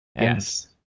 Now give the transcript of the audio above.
Yes